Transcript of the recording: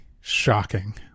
Shocking